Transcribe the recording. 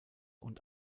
und